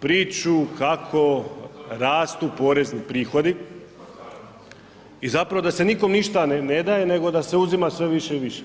priču kako rastu porezni prihodi i zapravo da se nikom ništa ne daje nego da se uzima sve više i više.